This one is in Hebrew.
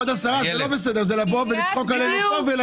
כבוד השרה, זה לא בסדר, זה לצחוק עלינו וללכת.